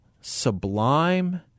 sublime